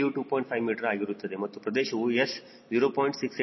5 metre ಆಗಿರುತ್ತದೆ ಮತ್ತು ಪ್ರದೇಶವು S 0